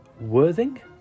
Worthing